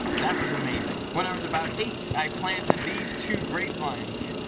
that was amazing. when i was about eight, i planted these two grape vines.